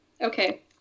Okay